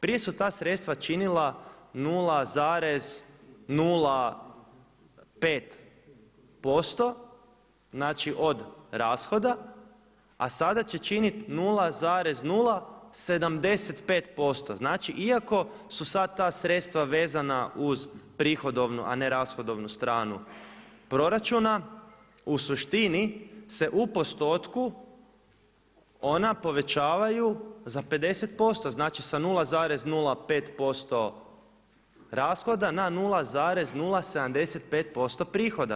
Prije su ta sredstva činila 0,05% od rashoda, a sada će činiti 0,075%. znači iako su sada ta sredstva vezana uz prihodovnu, a ne uz rashodovnu stranu proračuna u suštini se u postotku ona povećavaju za 50%, znači sa 0,05% rashoda na 0,075% prihoda.